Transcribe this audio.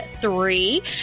three